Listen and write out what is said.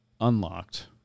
unlocked